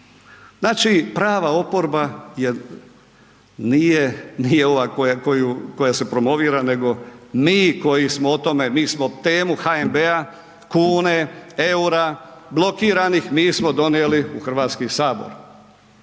Znači, prava oporba je, nije, nije ova koja se promovira nego mi koji smo o tome, mi smo temu HNB-a, kune, EUR-a, blokiranih mi smo donijeli u Hrvatski sabor.